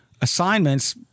assignments